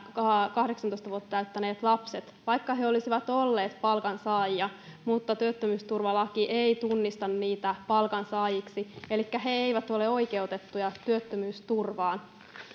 kahdeksantoista vuotta täyttäneitä lapsia vaikka he olisivat olleet palkansaajia työttömyysturvalaki ei tunnista palkansaajiksi elikkä he eivät ole oikeutettuja työttömyysturvaan